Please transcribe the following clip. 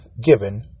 given